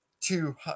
two